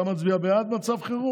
אתה מצביע בעד מצב חירום?